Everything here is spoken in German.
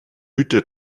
hüte